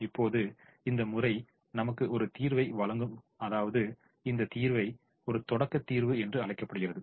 இப்போது இந்த முறை நமக்கு ஒரு தீர்வை வழங்கும் அதாவது இந்த தீர்வை ஒரு தொடக்க தீர்வு என்று அழைக்கப்படுகிறது